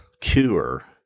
cure